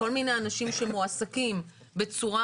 כל מיני אנשים שמועסקים בצורה